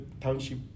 township